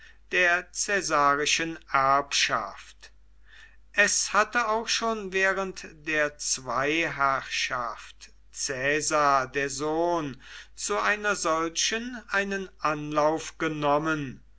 der caesarischen erbschaft es hatte auch schon während der zweiherrschaft caesar der sohn zu einer solchen einen anlauf genommen